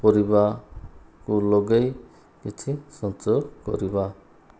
ପରିବାକୁ ଲଗାଇ କିଛି ସଞ୍ଚୟ କରିବା